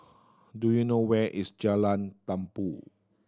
do you know where is Jalan Tambur